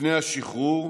לפני השחרור,